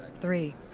Three